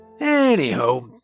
Anyhow